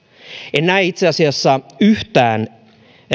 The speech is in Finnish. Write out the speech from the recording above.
en näe itse asiassa yhtään